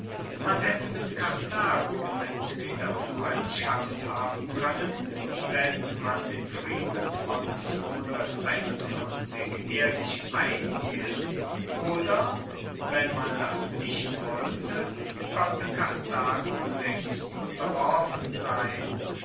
man haette mit karthago entweder freundschaft haben koennen wenn man den frieden von ehrlich einhielt oder wenn man das nicht wollte konnte karthago laengst unterworfen sein